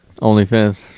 OnlyFans